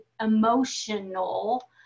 emotional